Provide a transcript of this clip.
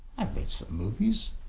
i've made some movies.